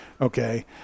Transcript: Okay